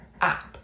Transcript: app